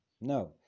No